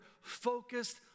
focused